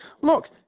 Look